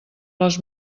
les